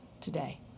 today